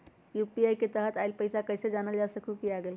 UPI के तहत आइल पैसा कईसे जानल जा सकहु की आ गेल?